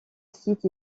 site